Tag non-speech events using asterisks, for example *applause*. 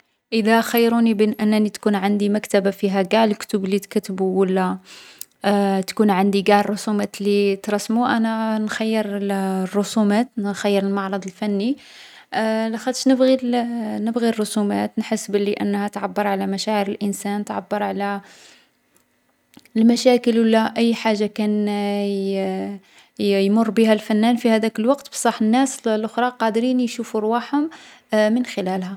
إذا خيروني بين أنني تكون عندي مكتبة فيها قاع الكتب لي تكتبو و لا تكون عندي قاع الرسومات لي ترسمو، أنا نخيّر الرسومات، نخيّر المعرض الفني. *hesitation* لاخاطش نبغي الـ الرسومات نحس أنها تعبّر على مشاعر الانسان، تعبّر على المشاكل و لا أي حاجة كان يمر بها الفنان في هاذاك الوقت، بصح الناس لخرى قادرين يشوفو رواحهم من خلالها.